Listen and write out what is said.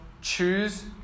choose